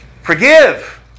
Forgive